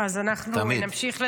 -- אז אנחנו נמשיך לדבר.